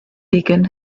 taken